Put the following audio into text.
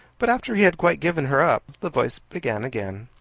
but after he had quite given her up, the voice began again.